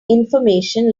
information